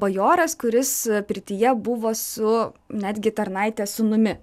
bajoras kuris pirtyje buvo su netgi tarnaitės sūnumi